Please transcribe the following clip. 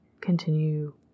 continue